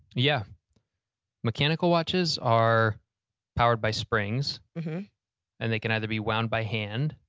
yeah mechanical watches are powered by springs and they can either be wound by hand,